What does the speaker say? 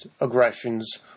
aggressions